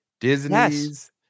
Disney's